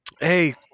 hey